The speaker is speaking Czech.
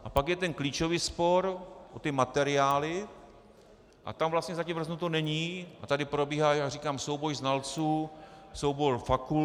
A pak je ten klíčový spor o ty materiály a tam vlastně zatím rozhodnuto není, tady probíhá, jak říkám, souboj znalců, souboj fakult.